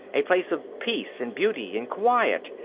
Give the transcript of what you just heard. a place of peace and beauty and quiet,